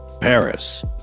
Paris